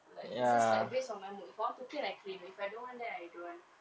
like it's just like based on my mood if I want to and I clean if I don't want then I don't want